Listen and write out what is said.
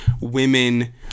women